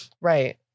Right